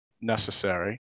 necessary